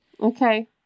Okay